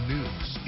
News